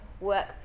work